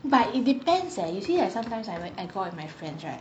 but it depends eh you see I sometimes I like go out with my friends right